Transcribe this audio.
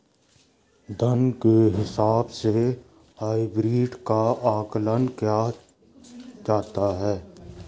धन के हिसाब से हाइब्रिड का आकलन किया जाता है